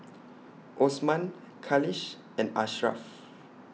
Osman Khalish and Ashraff